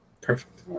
Perfect